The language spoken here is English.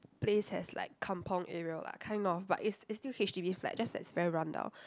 place has like kampung area lah kind of but it's it's still H_D_B flat just that it's very run-down